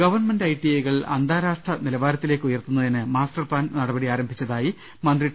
government I T ഐകൾ അന്താരാഷ്ട്ര നിലവാരത്തിലേക്ക് ഉയർത്തുന്നതിന് മാസ്റ്റർ പ്ലാൻ നടപടി ആരംഭിച്ചതായി മന്ത്രി ടി